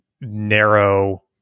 narrow